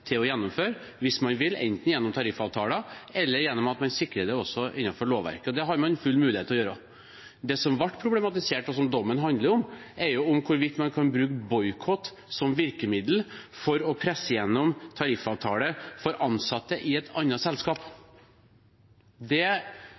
til å gjennomføre hvis man vil, enten gjennom tariffavtaler eller gjennom at man sikrer det innenfor lovverket. Det har man full mulighet til å gjøre. Det som ble problematisert, og som dommen handler om, er hvorvidt man kan bruke boikott som virkemiddel for å presse gjennom tariffavtale for ansatte i et annet selskap.